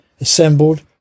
assembled